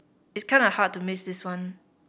it's kinda hard to miss this one